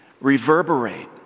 reverberate